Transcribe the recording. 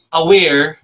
aware